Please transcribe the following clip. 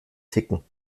ticken